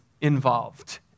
involved